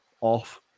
off